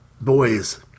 Boys